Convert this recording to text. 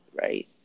right